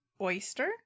oyster